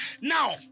Now